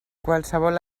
qualsevol